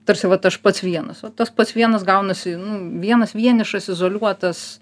tarsi vat aš pats vienas o tas pats vienas gaunasi nu vienas vienišas izoliuotas